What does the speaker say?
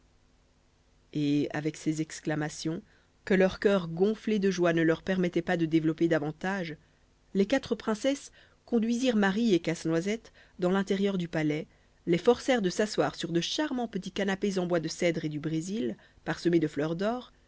et avec ces exclamations que leur cœur gonflé de joie ne leur permettait pas de développer davantage les quatre princesses conduisirent marie et casse-noisette dans l'intérieur du palais les forcèrent de s'asseoir sur de charmants petits canapés en bois de cèdre et du brésil parsemés de fleurs d'or